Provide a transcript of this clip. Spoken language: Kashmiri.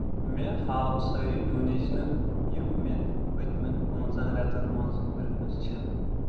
مےٚ ہاو سٲری ڈونیشنہٕ یِم مےٚ پٔتمٮ۪ن پۭنٛژن رٮ۪تن مَنٛز کٔرمٕژ چھِ